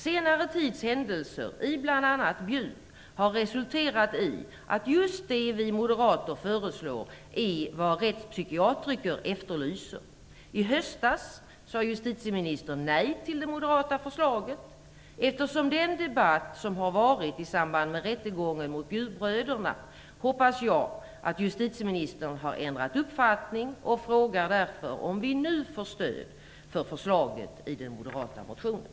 Senare tids händelser i bl.a. Bjuv har resulterat i att just det vi moderater föreslår är vad rättspsykiatriker efterlyser. I höstas sade justitieministern nej till det moderata förslaget. Efter den debatt som har varit i samband med rättegången mot Bjuvbröderna hoppas jag att justitieministern har ändrat uppfattning och frågar därför om vi nu får stöd för förslaget i den moderata motionen.